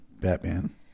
Batman